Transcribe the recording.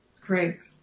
Great